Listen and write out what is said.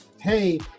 hey